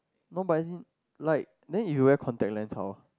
no but as in like then if you wear contact lens how